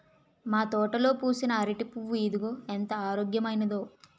మా తోటలో పూసిన అరిటి పువ్వు ఇదిగో ఎంత ఆరోగ్యమైనదో